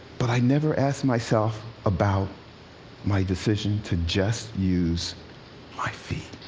but i never asked myself about my decision to just use my feet.